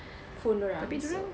phone dorang so